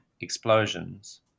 explosions